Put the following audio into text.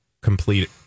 complete